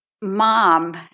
mom